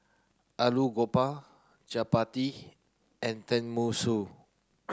Alu Goba Chapati and Tenmusu